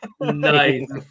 Nice